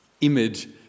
image